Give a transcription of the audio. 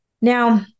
Now